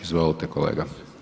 Izvolite kolega.